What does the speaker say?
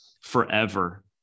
forever